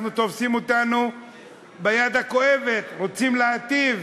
אנחנו, תופסים אותנו ביד הכואבת, רוצים להיטיב.